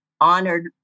honored